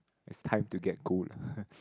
it's time to get good